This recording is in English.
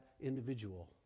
individual